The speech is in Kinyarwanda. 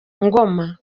ngoma